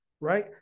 right